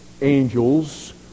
angels